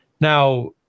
Now